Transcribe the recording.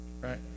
right